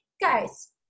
guys